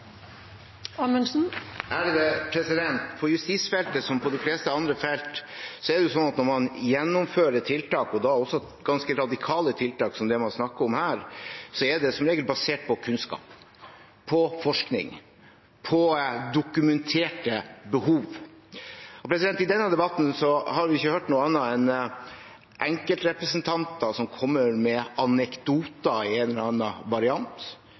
det sånn at når man gjennomfører tiltak – og da også ganske radikale tiltak, som det man snakker om her – er de som regel basert på kunnskap, på forskning, på dokumenterte behov. I denne debatten har vi ikke hørt noe annet enn enkeltrepresentanter som kommer med anekdoter i en eller annen variant